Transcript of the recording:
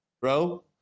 Bro